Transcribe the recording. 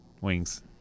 Wings